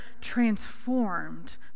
transformed